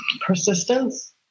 Persistence